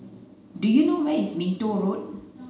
do you know where is Minto Road